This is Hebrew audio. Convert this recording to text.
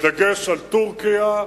בדגש על טורקיה,